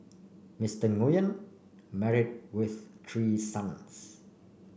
Mister Nguyen married with three sons